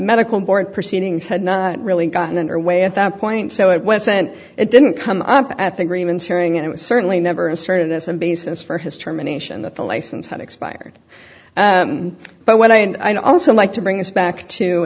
medical board proceedings had not really gotten underway at that point so it was sent it didn't come up at the grievance hearing and it was certainly never asserted as a basis for his terminations that the license had expired but when i and i'd also like to bring it back to